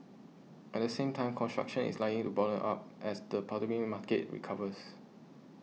at the same time construction is lying to bottom up as the market recovers